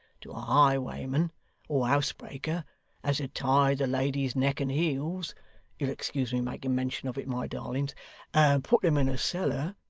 to a highwayman or housebreaker as had tied the ladies neck and heels you'll excuse me making mention of it, my darlings and put em in a cellar,